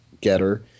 getter